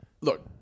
look